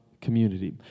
community